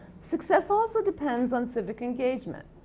success also depends on civic engagement.